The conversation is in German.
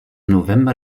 november